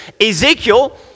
Ezekiel